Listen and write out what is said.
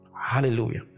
Hallelujah